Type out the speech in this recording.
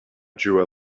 drew